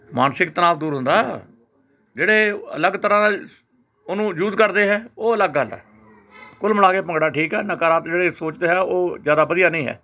ਮਾਨਸਿਕ ਤਣਾਅ ਦੂਰ ਹੁੰਦਾ ਜਿਹੜੇ ਅਲੱਗ ਤਰ੍ਹਾਂ ਉਹਨੂੰ ਯੂਜ ਕਰਦੇ ਹੈ ਉਹ ਅਲੱਗ ਗੱਲ ਆ ਕੁੱਲ ਮਿਲਾ ਕੇ ਭੰਗੜਾ ਠੀਕ ਹੈ ਨਕਾਰਾਮਕ ਜਿਹੜੇ ਸੋਚਦੇ ਹੈ ਉਹ ਜ਼ਿਆਦਾ ਵਧੀਆ ਨਹੀਂ ਹੈ